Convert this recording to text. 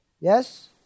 Yes